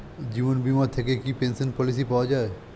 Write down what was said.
জীবন বীমা থেকে কি পেনশন পলিসি পাওয়া যায়?